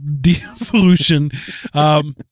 devolution